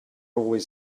always